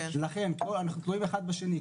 לכן אנחנו תלויים אחד בשני.